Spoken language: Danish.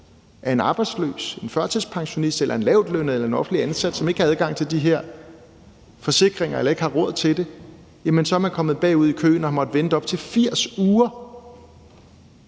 af en arbejdsløs, en førtidspensionist eller en lavtlønnet eller en offentligt ansat, som ikke har adgang til de her forsikringer eller ikke har råd til det, er man kommet bagud i køen og har måttet vente i op til 80 uger.